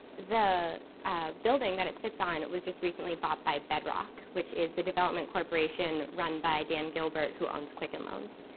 the building that it sits on was just recently bought by bedrock, which is the development corporation run by dan gilbert, who owns quicken loans.